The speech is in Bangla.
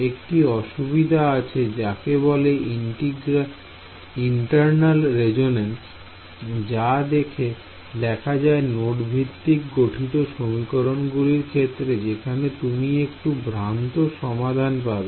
একটি অসুবিধা আছে যাকে বলে ইন্টার্নাল রেজোনেন্স যা দেখা যায় নোড ভিত্তিক গঠিত সমীকরণ গুলির ক্ষেত্রে যেখানে তুমি একটু ভ্রান্ত সমাধান পাবে